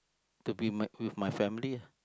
to be my with my family ah